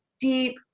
deep